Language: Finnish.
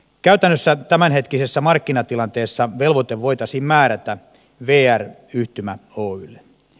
käytännössä tämänhetkisessä markkinatilanteessa velvoite voitaisiin määrätä vr yhtymä oylle